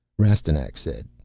rastignac said,